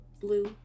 blue